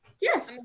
Yes